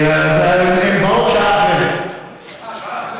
כי הן באות שעה אחרי.